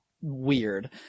weird